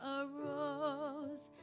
arose